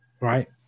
Right